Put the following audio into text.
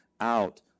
out